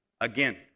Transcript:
Again